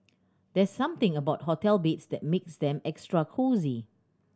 there's something about hotel beds that makes them extra cosy